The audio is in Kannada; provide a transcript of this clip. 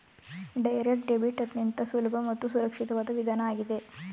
ಡೈರೆಕ್ಟ್ ಡೆಬಿಟ್ ಅತ್ಯಂತ ಸುಲಭ ಮತ್ತು ಸುರಕ್ಷಿತವಾದ ವಿಧಾನ ಆಗಿದೆ